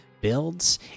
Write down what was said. builds